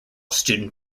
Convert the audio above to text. student